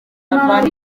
buravan